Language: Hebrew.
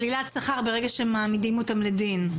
שלילת שכר ברגע שמעמידים אותם לדין.